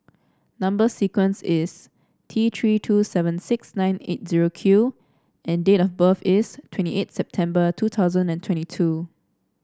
number sequence is T Three two seven six nine eight zero Q and date of birth is twenty eight September two thousand and twenty two